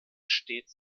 stets